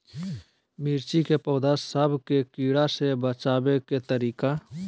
मिर्ची के पौधा सब के कीड़ा से बचाय के तरीका?